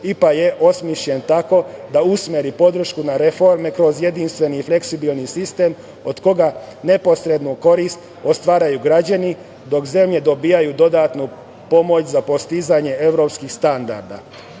IPA je osmišljen tako da usmeri podršku na reforme kroz jedinstveni i fleksibilni sistem od koga neposrednu korist ostvaruju građani, dok zemlje dobijaju dodatnu pomoć za postizanje evropskih standarda. Pomoću